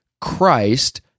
Christ